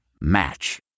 Match